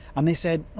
and they said, oh,